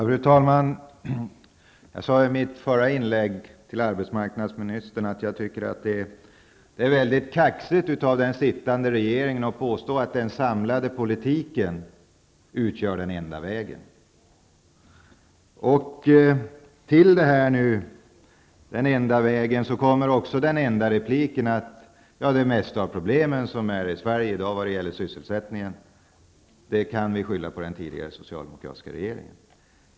Fru talman! Jag sade i mitt förra inlägg till arbetsmarknadsministern att jag tycker att det är mycket kaxigt av den sittande regeringen att påstå att den samlade politiken utgör den enda vägen. Till den enda vägen kommer också den enda repliken, nämligen att de flesta problemen när det gäller sysselsättningen i Sverige i dag kan skyllas på den tidigare socialdemokratiska regeringen.